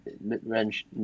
mid-range